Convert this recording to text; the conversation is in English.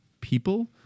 people